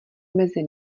mezi